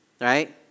right